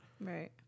Right